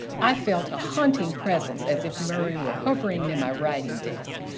i felt a haunting presence, as if murray were hovering near my writing desk,